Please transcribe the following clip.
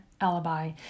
Alibi